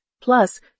Plus